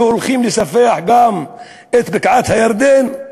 שהולכים לספח גם את בקעת-הירדן.